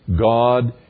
God